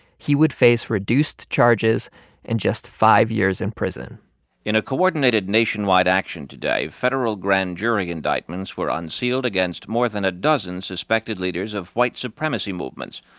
he would face reduced charges and just five years in prison in a coordinated nationwide action today, federal grand jury indictments were unsealed against more than a dozen suspected leaders of white supremacy movements.